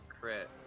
crit